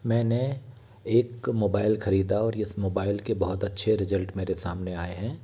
मैंने एक मोबाइल खरीदा और इस मोबाइल के बहुत अच्छे रिजल्ट मेरे सामने आए हैं